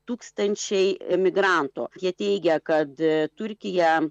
tūkstančiai emigrantų jie teigia kad turkija